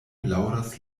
laŭdas